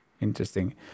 interesting